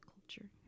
culture